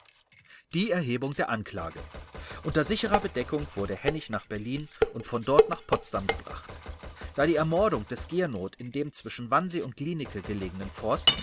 die erhebung der anklage unter sicherer bedeckung wurde hennig nach berlin und von dort nach potsdam gebracht da die ermordung des giernoth in dem zwischen wannsee und glienicke belegenen forst